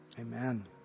Amen